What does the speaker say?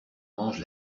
mange